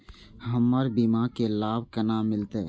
हमर बीमा के लाभ केना मिलते?